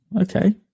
okay